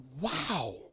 wow